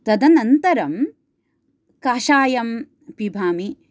तदनन्तरं काषायं पिबामि